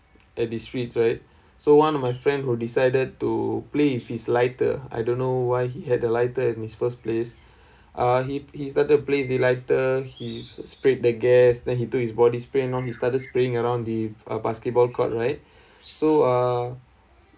at the streets right so one of my friend who decided to play with his lighter I don't know why he had the lighter in his first place uh he he's start to play the lighter he sprayed the gas then he took his body sprain on he started spraying around the uh basketball court right so uh